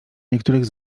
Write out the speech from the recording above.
niektórych